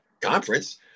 conference